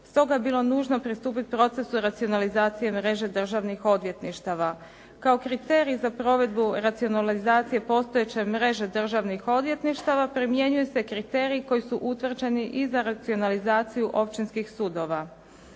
Stoga je bilo nužno pristupiti procesu racionalizacije mreže državnih odvjetništava. Kao kriterij za provedbu racionalizacije postojeće mreže državnih odvjetništava primjenjuju se kriteriji koji su utvrđeni i za racionalizaciju općinskih sudova.